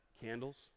candles